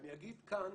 אני אגיד כאן